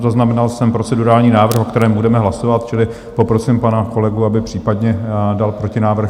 Zaznamenal jsem procedurální návrh, o kterém budeme hlasovat, čili poprosím pana kolegu, aby případně dal protinávrh.